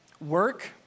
Work